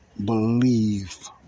believe